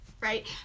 Right